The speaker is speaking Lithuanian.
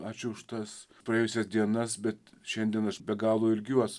ačiū už tas praėjusias dienas bet šiandien aš be galo ilgiuos